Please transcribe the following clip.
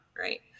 right